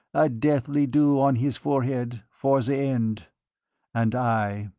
a deathly dew on his forehead, for the end and i,